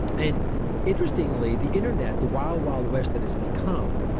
and interestingly, the internet, the wild wild west that it's become,